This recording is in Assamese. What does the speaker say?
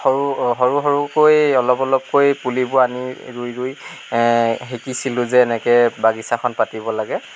সৰু সৰু সৰুকৈয়ে অলপ অলপকৈয়ে পুলিবোৰ আনি ৰুই ৰুই শিকিছিলোঁ যে এনেকৈ বাগিছাখন পাতিব লাগে